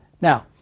Now